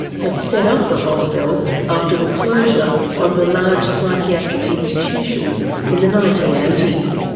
had set up the hostel after the closure of the large psychiatric institutions in the nineteen eighty s.